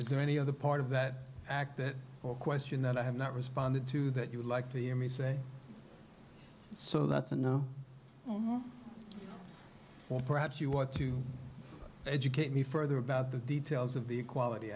is there any other part of that act that question that i have not responded to that you would like to hear me say so that's a no or perhaps you want to educate me further about the details of the equality